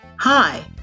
Hi